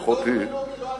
זה דוח בין-לאומי, לא אני.